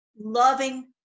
loving